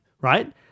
right